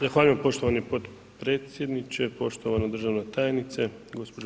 Zahvaljujem poštovano potpredsjedniče, poštovana državna tajnice, gđo.